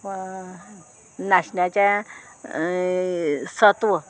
वा नाशण्याच्या सत्व